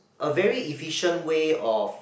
a very efficient way of